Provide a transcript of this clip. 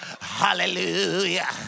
Hallelujah